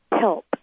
help